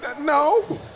No